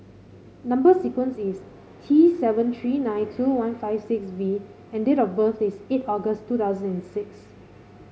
number sequence is T seven three nine two one five six V and date of birth is eight August two thousand and six